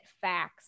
facts